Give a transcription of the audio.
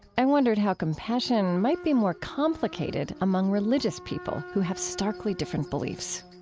i wondered how compassion might be more complicated among religious people who have starkly different beliefs